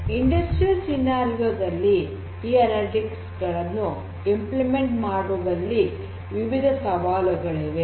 ಕೈಗಾರಿಕಾ ಸನ್ನಿವೇಶದಲ್ಲಿ ಈ ಅನಲಿಟಿಕ್ಸ್ ಗಳನ್ನು ಕಾರ್ಯಗತ ಮಾಡುವಲ್ಲಿ ವಿವಿಧ ಸವಾಲುಗಳಿವೆ